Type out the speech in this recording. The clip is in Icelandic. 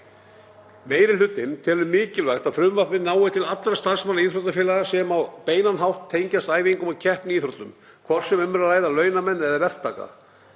Meiri hlutinn telur mikilvægt að frumvarpið nái til allra starfsmanna íþróttafélaga sem á beinan hátt tengjast æfingum og keppni í íþróttum, hvort sem um ræðir launamenn eða verktaka.